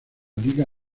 liga